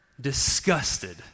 disgusted